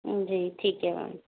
जी ठीक है मेम